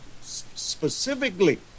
Specifically